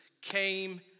came